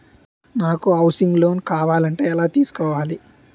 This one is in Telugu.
నాకు హౌసింగ్ లోన్ కావాలంటే ఎలా తీసుకోవాలి?